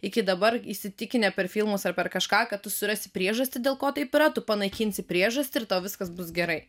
iki dabar įsitikinę per filmus ar per kažką kad tu surasi priežastį dėl ko taip yra tu panaikinsi priežastį ir tau viskas bus gerai